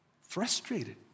frustrated